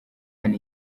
hano